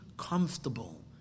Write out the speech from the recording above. comfortable